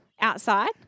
outside